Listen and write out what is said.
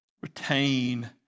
Retain